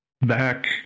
back